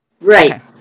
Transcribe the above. Right